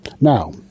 Now